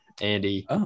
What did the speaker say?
Andy